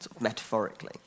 metaphorically